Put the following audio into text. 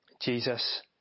Jesus